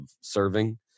serving